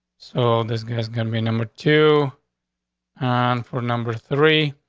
so this guy's gonna be number two on for number three?